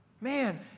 Man